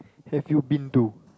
have you been to